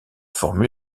formule